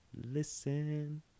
listen